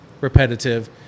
repetitive